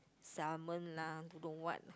salmon lah don't know what